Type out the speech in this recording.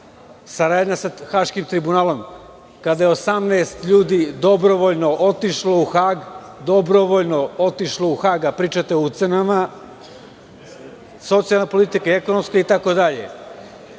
saradnja sa Haškim tribunalom kada je 18 ljudi dobrovoljno otišlo u Hag. Dobrovoljno otišlo u Hag, a pričate o ucenama, socijalna politika, ekonomska itd. Mislim